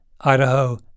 Idaho